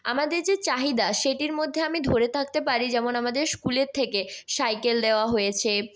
আমাদের যে চাহিদা সেটির মধ্যে আমি ধরে থাকতে পারি যেমন আমাদের স্কুলের থেকে সাইকেল দেওয়া হয়েছে